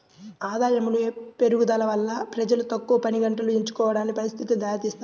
ఆదాయములో పెరుగుదల వల్ల ప్రజలు తక్కువ పనిగంటలు ఎంచుకోవడానికి పరిస్థితులు దారితీస్తాయి